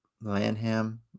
lanham